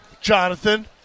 Jonathan